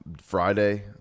Friday